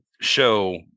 show